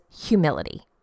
humility